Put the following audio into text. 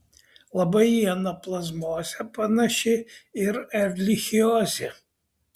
labai į anaplazmozę panaši ir erlichiozė